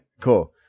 Cool